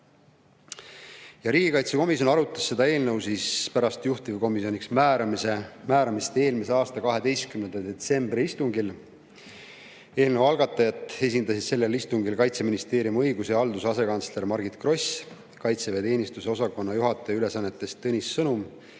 säte. Riigikaitsekomisjon arutas seda eelnõu pärast juhtivkomisjoniks määramist eelmise aasta 12. detsembri istungil. Eelnõu algatajat esindasid sellel istungil Kaitseministeeriumi õigus- ja haldusküsimuste asekantsler Margit Gross, kaitseväeteenistuse osakonna juhataja ülesannetes Tõnis Sõnum